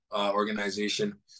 organization